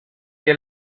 che